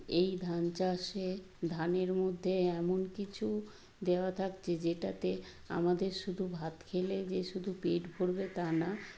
এই ধান চাষে ধানের মধ্যে এমন কিছু দেওয়া থাকছে যেটাতে আমাদের শুধু ভাত খেলে যে শুধু পেট ভরবে তা না